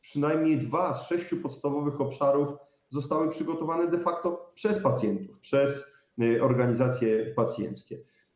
Przynajmniej dwa z sześciu podstawowych obszarów zostały przygotowane de facto przez pacjentów, przez organizacje pacjenckie.